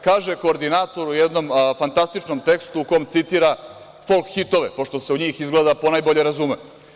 Kaže, koordinator u jednom fantastičnom tekstu u kom citira folk hitove pošto se u njih ponajbolje razume.